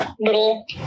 little